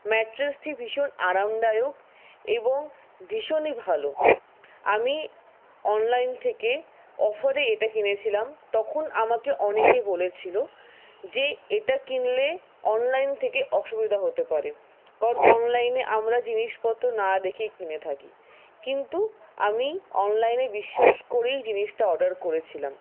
ম্যাট্রেসটি ভীষণ আরামদায়ক এবং ভীষণই ভালো আমি অনলাইন থেকে অফারে এটা কিনেছিলাম তখন আমাকে অনেকে বলেছিলো যে এটা কিনলে অনলাইন থেকে অসুবিধা হতে পারে কারণ অনলাইনে আমরা জিনিসপত্র না দেখেই কিনে থাকি কিন্তু আমি অনলাইনে বিশ্বাস করেই জিনিসটা অর্ডার করেছিলাম